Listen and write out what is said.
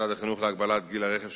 ובשונה מהנהוג בכל העולם.